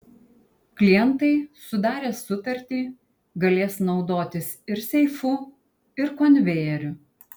klientai sudarę sutartį galės naudotis ir seifu ir konvejeriu